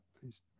please